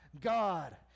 God